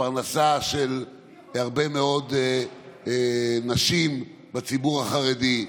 לפרנסה של הרבה מאוד נשים בציבור החרדי,